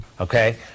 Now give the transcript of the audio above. Okay